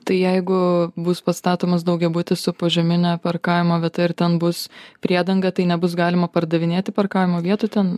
tai jeigu bus pastatomas daugiabutis su požemine parkavimo vieta ir ten bus priedanga tai nebus galima pardavinėti parkavimo vietų ten